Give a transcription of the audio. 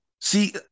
See